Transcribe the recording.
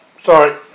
Sorry